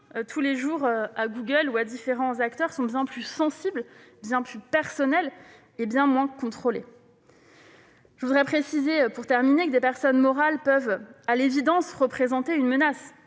tous les jours à Google ou à différents acteurs numériques sont bien plus sensibles, bien plus personnels et bien moins contrôlés. Je voudrais enfin préciser que des personnes morales peuvent, à l'évidence, représenter une menace